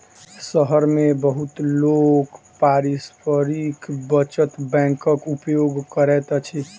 शहर मे बहुत लोक पारस्परिक बचत बैंकक उपयोग करैत अछि